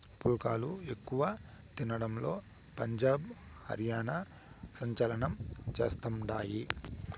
పుల్కాలు ఎక్కువ తినడంలో పంజాబ్, హర్యానా సంచలనం చేస్తండాయి